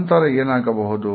ನಂತರ ಏನಾಗಬಹುದು